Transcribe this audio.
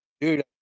dude